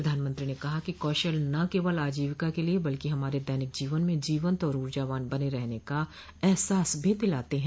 प्रधानमंत्री ने कहा कि कौशल न केवल आजीविका के लिए बल्कि हमारे दैनिक जीवन में जीवंत और ऊर्जावान बने रहने का एहसास भी दिलाते हैं